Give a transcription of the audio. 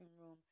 room